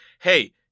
hey